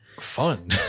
fun